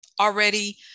already